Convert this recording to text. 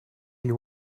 you